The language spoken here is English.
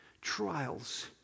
trials